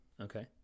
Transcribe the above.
Okay